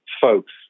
folks